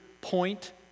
point